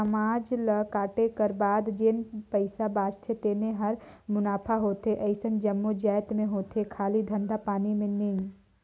सबे ल कांटे कर बाद जेन पइसा बाचथे तेने हर मुनाफा होथे अइसन जम्मो जाएत में होथे खाली धंधा पानी में ही नई